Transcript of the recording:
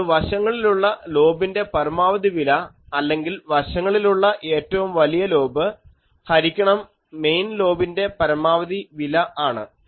അത് വശങ്ങളിലുള്ള ലോബിൻ്റെ പരമാവധി വില അല്ലെങ്കിൽ വശങ്ങളിലുള്ള എറ്റവും വലിയ ലോബ് ഹരിക്കണം മെയിൻ ലോബിൻ്റെ പരമാവധി വില ആണ്